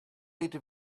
ite